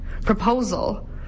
Proposal